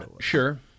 sure